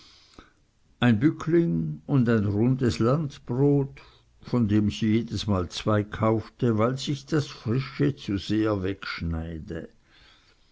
ein bückling und ein rundes landbrot von dem sie jedesmal zwei kaufte weil sich das frische zu sehr wegschneide